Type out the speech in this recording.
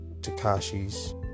Takashi's